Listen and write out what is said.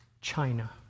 china